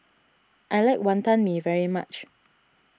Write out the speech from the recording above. I like Wantan Mee very much